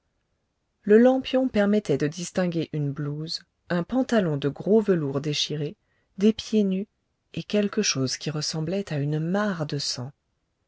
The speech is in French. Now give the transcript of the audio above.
le lampion permettait de distinguer une blouse un pantalon de gros velours déchiré des pieds nus et quelque chose qui ressemblait à une mare de sang